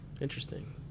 Interesting